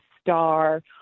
star